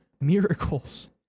miracles